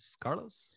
Carlos